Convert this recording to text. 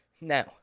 Now